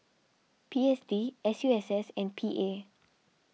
P S D S U S S and P A